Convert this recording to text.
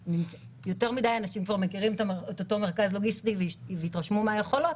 יותר מדי אנשים כבר מכירים את אותו מרכז לוגיסטי והתרשמו מהיכולות